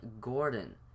Gordon